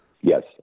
Yes